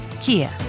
Kia